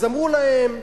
אז אמרו להם: